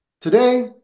Today